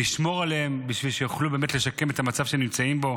לא נשמור עליהם בשביל שיוכלו לשקם את המצב שהם נמצאים בו?